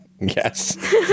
yes